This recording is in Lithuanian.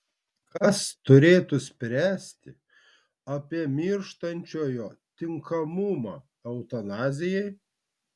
kas turėtų spręsti apie mirštančiojo tinkamumą eutanazijai